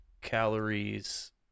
calories